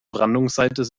brandungsseite